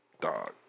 Dog